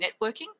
networking